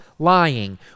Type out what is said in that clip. lying